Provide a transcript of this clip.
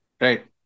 Right